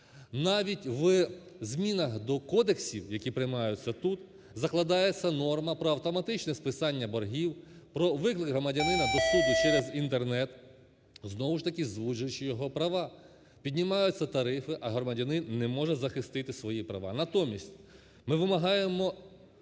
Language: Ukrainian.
Навіть в змінах до кодексів, які приймаються тут, закладається норма про автоматичне списання боргів, про виклик громадянина до суду через Інтернет, знову ж таки, звужуючи його права. Піднімаються тарифи, а громадянин не може захистити свої права. Натомість, ми вимагаємо